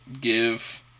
give